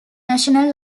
national